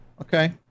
Okay